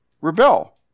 rebel